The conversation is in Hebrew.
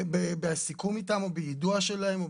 בסיכום איתם או ביידוע שלהם.